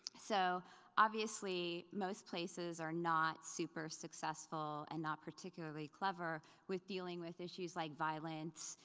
so obviously most places are not super successful and not particularly clever with dealing with issues like violence,